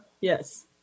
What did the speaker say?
Yes